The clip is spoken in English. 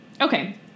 okay